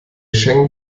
schengen